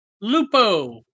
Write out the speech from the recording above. Lupo